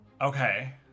Okay